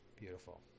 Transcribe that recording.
beautiful